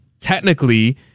technically